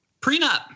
Prenup